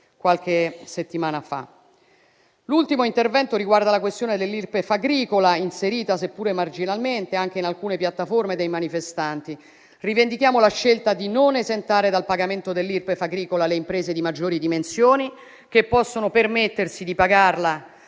qualche settimana fa. L'ultimo intervento riguarda la questione dell'Irpef agricola, inserita, seppur marginalmente, anche in alcune piattaforme dei manifestanti: rivendichiamo la scelta di non esentare dal pagamento le imprese di maggiori dimensioni, che possono permettersi di pagarla,